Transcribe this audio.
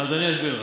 אז אני אסביר לך.